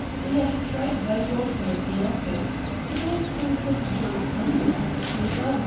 we have tried it out often at the office put all sorts of junk under a newspaper,